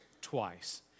twice